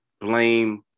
blame